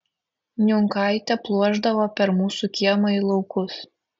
niunkaitė pluošdavo per mūsų kiemą į laukus